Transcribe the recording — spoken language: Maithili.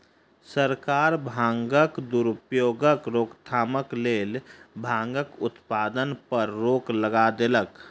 सरकार भांगक दुरुपयोगक रोकथामक लेल भांगक उत्पादन पर रोक लगा देलक